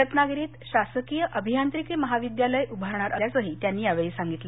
रत्नागिरीत शासकीय अभियांत्रिकी महाविद्यालय उभारणार असल्याचंही त्यांनी यावेळी सांगितलं